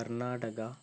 Karnataka